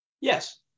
Yes